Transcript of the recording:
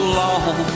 long